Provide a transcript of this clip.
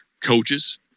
coaches